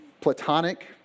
platonic